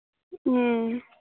ᱦᱮᱸ